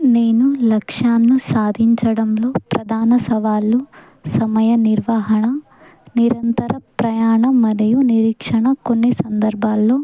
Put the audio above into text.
నేను లక్ష్యాన్ని సాధించడంలో ప్రధాన సవాళ్ళు సమయ నిర్వహణ నిరంతర ప్రయాణం మరియు నిరీక్షణ కొన్ని సందర్భాల్లో